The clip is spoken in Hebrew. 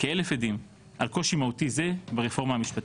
כאלף עדים על קושי מהותי זה ברפורמה המשפטית.